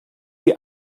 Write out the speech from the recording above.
die